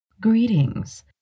Greetings